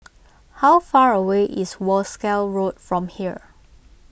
how far away is Wolskel Road from here